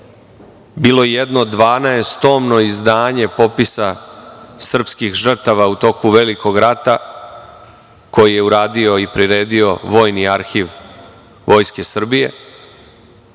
bilo jedno dvanaestomno izdanje popisa srpskih žrtvama u toku Velikog rata koji je uradio i priredio Vojni arhiv Vojske Srbije